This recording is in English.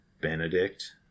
Benedict